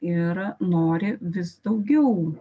ir nori vis daugiau